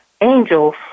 angels